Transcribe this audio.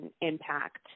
impact